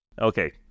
Okay